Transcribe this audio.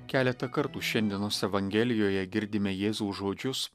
keletą kartų šiandienos evangelijoje girdime jėzaus žodžius